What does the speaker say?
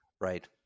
Right